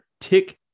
Tick